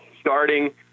starting